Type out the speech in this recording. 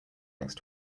next